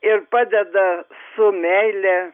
ir padeda su meile